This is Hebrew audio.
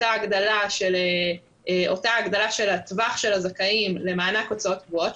אותה הגדלה של הטווח של הזכאים למענק הוצאות קבועות,